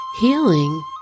Healing